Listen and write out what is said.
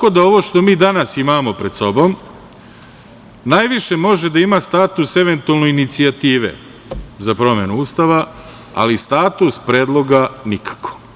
Ovo što mi danas imamo pred sobom najviše može da ima status, eventualno, inicijative za promenu Ustavu, ali status predloga nikako.